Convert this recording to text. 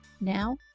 Now